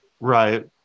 right